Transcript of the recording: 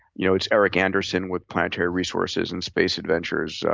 you know it's eric anderson with planetary resources and space adventures,